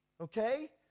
Okay